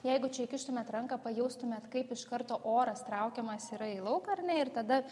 jeigu čia įkištumėt ranką pajaustumėt kaip iš karto oras traukiamas yra į lauką ar ne ir tada